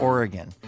Oregon